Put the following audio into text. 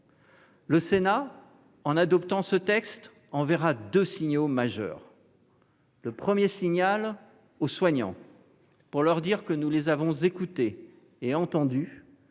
Le Sénat, en adoptant ce texte, enverra deux signaux majeurs. Un premier signal aux soignants, pour leur dire que nous les avons écoutés et entendus